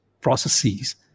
processes